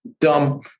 Dumb